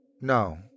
No